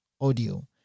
audio